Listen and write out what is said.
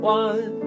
one